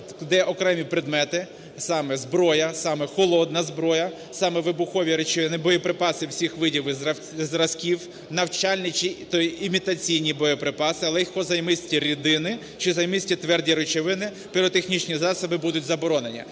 де окремі предмети – саме зброя, саме холодна зброя, саме вибухові речовини, боєприпаси всіх видів і зразків, навчальні чи імітаційні боєприпаси, легкозаймисті рідини чи займисті тверді речовини, піротехнічні засоби – будуть заборонені.